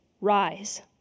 Rise